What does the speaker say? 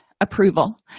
approval